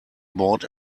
bought